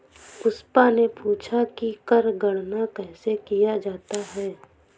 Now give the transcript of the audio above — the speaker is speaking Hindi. पुष्पा ने पूछा कि कर गणना कैसे किया जाता है?